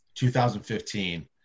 2015